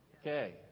Okay